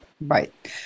Right